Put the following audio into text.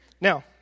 Now